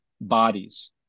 bodies